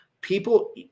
people